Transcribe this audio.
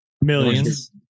Millions